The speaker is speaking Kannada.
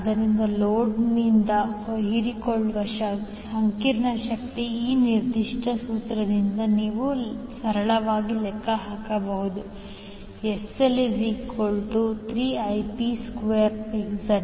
ಆದ್ದರಿಂದ ಲೋಡ್ನಿಂದ ಹೀರಿಕೊಳ್ಳುವ ಸಂಕೀರ್ಣ ಶಕ್ತಿ ಈ ನಿರ್ದಿಷ್ಟ ಸೂತ್ರದಿಂದ ನೀವು ಸರಳವಾಗಿ ಲೆಕ್ಕ ಹಾಕಬಹುದು SL3Ip2Zp36